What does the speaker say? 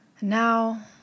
Now